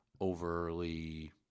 overly